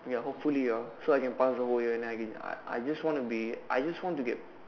ya hopefully ah so I can pass the whole year and then I can I just want to be I just want to get